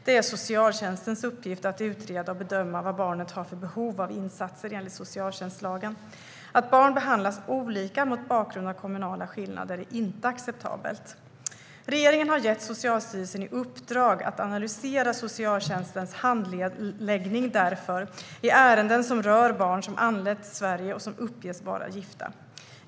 Det är socialtjänstens uppgift att utreda och bedöma vilka behov barnet har av insatser enligt socialtjänstlagen. Att barn behandlas olika mot bakgrund av kommunala skillnader är inte acceptabelt. Regeringen har gett Socialstyrelsen i uppdrag att analysera socialtjänstens handläggning i ärenden som rör barn som anlänt till Sverige och som uppges vara gifta.